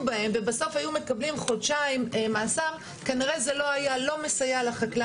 בהם ובסוף היו מקבלים חודשיים מאסר - כנראה שזה לא היה מסייע לחקלאי.